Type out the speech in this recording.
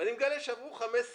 ואני מגלה שעברו 15 יום.